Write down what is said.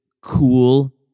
cool